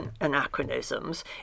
anachronisms